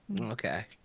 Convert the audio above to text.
Okay